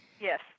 Yes